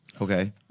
Okay